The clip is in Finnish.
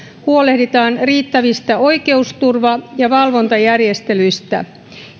huolehditaan riittävistä oikeusturva ja valvontajärjestelyistä